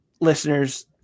listeners